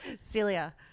Celia